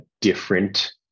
different